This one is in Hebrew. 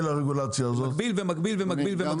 מגביל ומגביל ומגביל ומגביל,